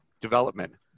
development